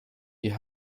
die